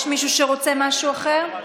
יש מישהו שרוצה משהו אחר?